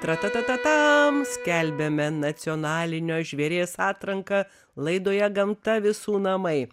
tra ta ta ta tam skelbiame nacionalinio žvėries atranką laidoje gamta visų namai